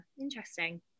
interesting